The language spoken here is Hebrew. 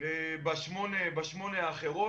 בשמונה האחרים.